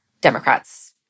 Democrats